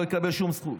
לא יקבל שום זכות,